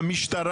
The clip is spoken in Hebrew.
למשטרה.